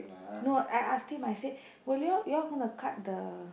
no I asked him I said will you all you all gonna cut the